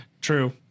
True